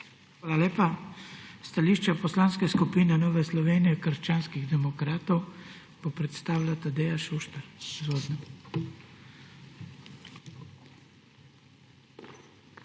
Hvala lepa. Stališče Poslanske skupine Nova Slovenija – krščanski demokrati bo predstavila Tadeja Šuštar.